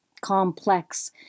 complex